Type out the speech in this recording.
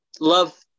love